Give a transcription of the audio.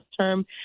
term